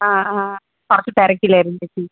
ആ ആ കുറച്ച് തിരക്കിലായിരുന്നു ചേച്ചി